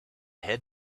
head